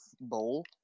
bowl